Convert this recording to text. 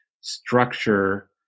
structure